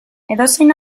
edozein